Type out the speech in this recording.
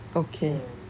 okay